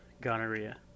gonorrhea